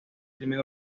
crimen